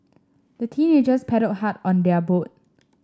the teenagers paddled hard on their boat